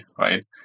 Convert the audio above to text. right